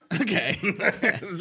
Okay